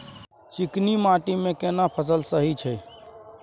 चिकनी माटी मे केना फसल सही छै?